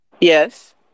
Yes